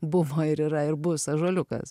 buvo ir yra ir bus ąžuoliukas